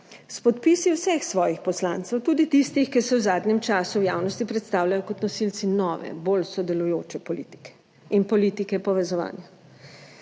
podpisi vseh svojih poslancev, tudi tistih, ki se v zadnjem času v javnosti predstavljajo kot nosilci nove, bolj sodelujoče politike in politike povezovanja.